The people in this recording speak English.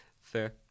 fair